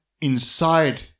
inside